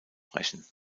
brechen